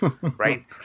Right